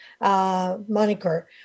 moniker